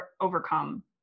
overcome